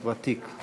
חדש-ותיק.